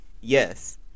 yes